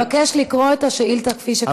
אתה מתבקש לקרוא את השאילתה כפי שכתוב.